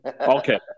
Okay